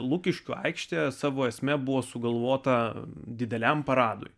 lukiškių aikštė savo esme buvo sugalvota dideliam paradui